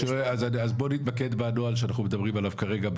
אז בוא נתמקד בנוהל שאנחנו מדברים עליו כרגע,